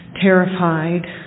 terrified